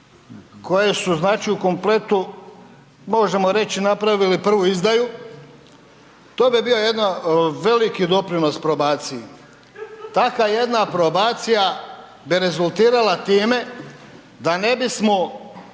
koje su znači u kompletu, možemo reći napravili prvu izdaju, to bi bio jedna veliki doprinos probaciji, taka jedna probacija bi rezultirala time da ne bismo